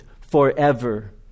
forever